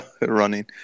running